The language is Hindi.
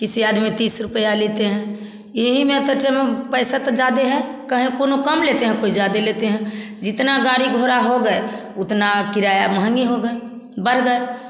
किसी आदमी तीस रुपया लेते हैं यही में तो टैम अब पैसा त ज्यादे है कहैं कोनो कम लेते हैं कोई ज़्यादा लेते हैं जितना गाड़ी घोड़ा हो गए उतना किराया महँगी हो गई बढ़ गए